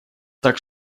так